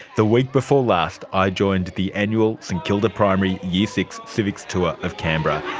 the week before last i joined the annual st kilda primary year six civics tour of canberra.